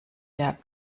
der